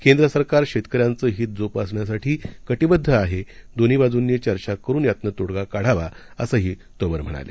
केंद्र सरकार शेतकऱ्यांचं हीत जोपासण्यासाठी कटीबद्ध आहे दोन्ही बाजूंनी चर्चा करून यातून तोडगा काढावा असंही तोमर म्हणाले